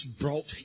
brought